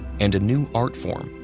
and a new art form,